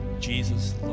Jesus